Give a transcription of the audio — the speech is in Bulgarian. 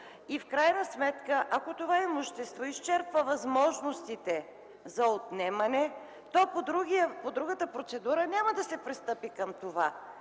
и в крайна сметка, ако това имущество изчерпва възможностите за отнемане, то по другата процедура няма да се пристъпи към това.